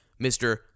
Mr